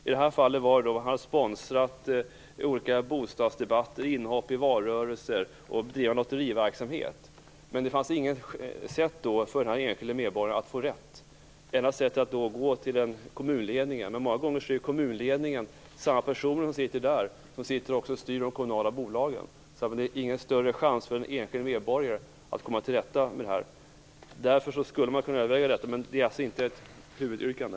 I det här fallet hade man anordnat bostadsdebatter, gjort inhopp i valdebatter och bedrivit lotteriverksamhet, men det fanns inget sätt för den enskilde medborgaren att få rätt. Enda sättet skulle vara att gå till kommunledningen, men många gånger är de personer som sitter där samma personer som de som styr de kommunala bolagen. Det finns alltså ingen större chans för en enskild medborgare att komma till rätta med det här. Därför skulle den här åtgärden kunna övervägas, men det är alltså inte något huvudyrkande.